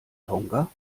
tonga